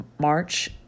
march